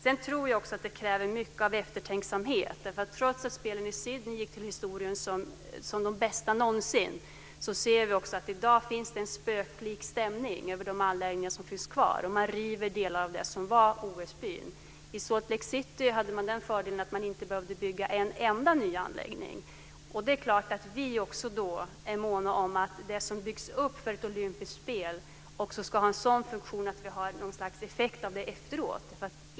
Jag tror att detta kräver mycket eftertänksamhet. Trots att spelen i Sydney gick till historien som de bästa någonsin, kan vi i dag se att det finns en spöklik stämning över de anläggningar som finns kvar. Delar av det som var OS-byn rivs. I Salt Lake City fanns fördelen att inte en enda ny anläggning behövde byggas. Vi är måna om att det som byggs upp för ett olympiskt spel också ska ha en sådan funktion att det blir något slags effekt efteråt.